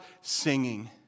singing